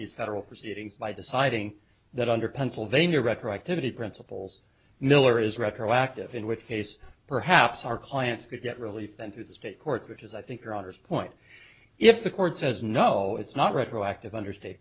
these federal proceedings by deciding that under pennsylvania retroactivity principles miller is retroactive in which case perhaps our clients could get relief then through the state court which is i think roger's point if the court says no it's not retroactive under state